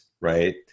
right